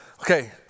Okay